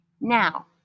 Now